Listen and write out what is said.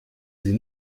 sie